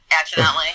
accidentally